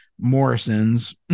Morrison's